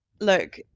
Look